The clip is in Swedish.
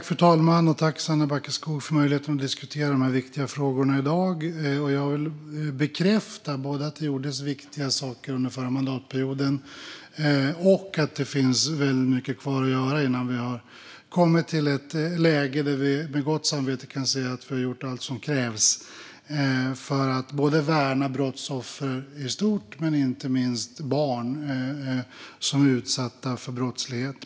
Fru talman! Jag tackar Sanna Backeskog för möjligheten att diskutera dessa viktiga frågor i dag. Jag bekräftar att det gjordes viktiga saker under förra mandatperioden och att det finns mycket kvar att göra innan vi har kommit till ett läge där vi med gott samvete kan säga att vi har gjort allt som krävs för att värna brottsoffer i stort och inte minst barn som har utsatts för brottslighet.